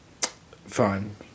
Fine